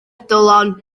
dylan